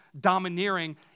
domineering